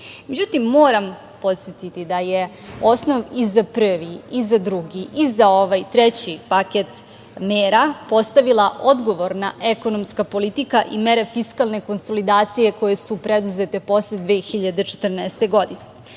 godini.Međutim, moram podsetiti da je osnov i za prvi i za drugi i za ovaj treći paket mera postavila odgovorna ekonomska politika i mere fiskalne konsolidacije koje su preduzete posle 2014. godine.